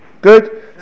Good